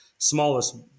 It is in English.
Smallest